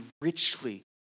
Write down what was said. richly